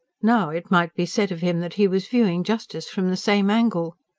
now it might be said of him that he was viewing justice from the same angle.